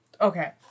okay